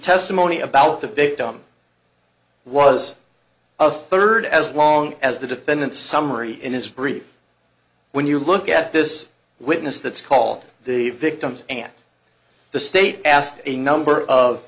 testimony about the victim was a third as long as the defendant summary in his brief when you look at this witness that's called the victim's and the state asked a number of